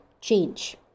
change